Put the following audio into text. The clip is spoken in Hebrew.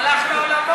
הוא הלך לעולמו.